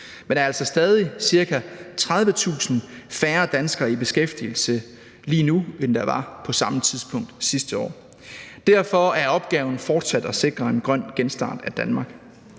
Men der er altså stadig ca. 30.000 færre danskere i beskæftigelse lige nu, end der var på samme tidspunkt sidste år. Derfor er opgaven fortsat at sikre en grøn genstart af Danmark.